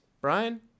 Brian